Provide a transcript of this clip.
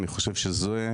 אני חושב שזאת